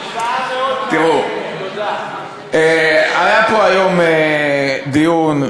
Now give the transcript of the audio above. היה פה היום דיון,